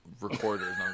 Recorders